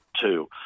two